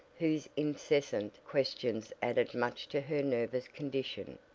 whose incessant questions added much to her nervous condition.